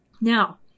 Now